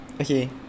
okay